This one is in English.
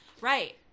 Right